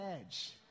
edge